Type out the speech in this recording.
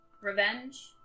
revenge